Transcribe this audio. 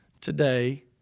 today